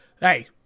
hey